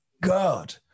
God